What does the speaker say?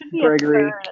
Gregory